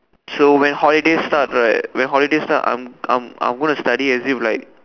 so when holiday starts right when holiday start I'm I'm I'm gonna study as if like